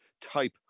type